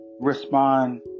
respond